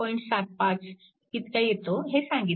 75 इतका येतो हे सांगितले आहे